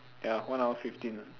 ya one hour fifteen ah